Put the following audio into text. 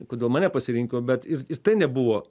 kodėl mane pasirinko bet ir ir tai nebuvo